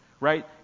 right